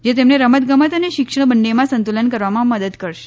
જે તેમની રમત ગમત અને શિક્ષણ બંનેમાં સંતુલન કરવામાં મદ કરશે